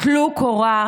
טלו קורה,